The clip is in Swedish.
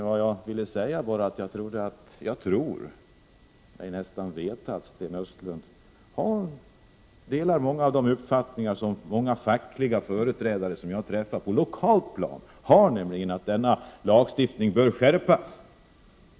Vad jag ville säga var att jag nästan tror mig veta att Sten Östlund delar många av de uppfattningar som omfattas av fackliga företrädare på ett lokalt plan som jag träffar, nämligen att denna lagstiftning bör skärpas.